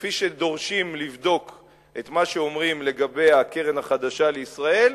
כפי שדורשים לבדוק את מה שאומרים לגבי הקרן החדשה לישראל,